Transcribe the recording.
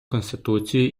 конституцією